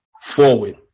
forward